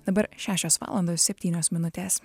dabar šešios valandos septynios minutės